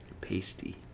pasty